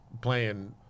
playing